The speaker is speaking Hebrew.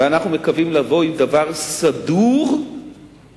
ואנחנו מקווים לבוא עם דבר סדור שיצמצם